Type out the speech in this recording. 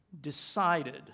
decided